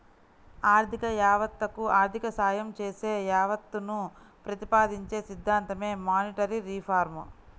ఆర్థిక యావత్తకు ఆర్థిక సాయం చేసే యావత్తును ప్రతిపాదించే సిద్ధాంతమే మానిటరీ రిఫార్మ్